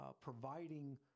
providing